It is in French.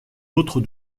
autre